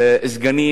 סגנים,